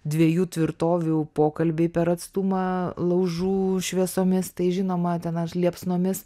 dviejų tvirtovių pokalbiai per atstumą laužų šviesomis tai žinoma ten liepsnomis